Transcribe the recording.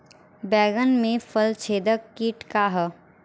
बैंगन में फल छेदक किट का ह?